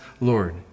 Lord